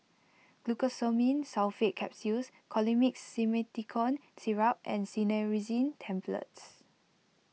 Glucosamine Sulfate Capsules Colimix Simethicone Syrup and Cinnarizine Tablets